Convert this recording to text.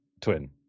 Twin